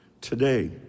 Today